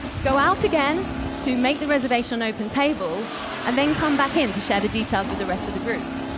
go out again to make the reservation at open table and then come back in to share the details with the rest of the group.